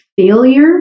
failure